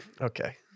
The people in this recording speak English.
okay